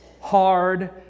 hard